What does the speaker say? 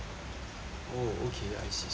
oh okay I see six hundred